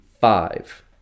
five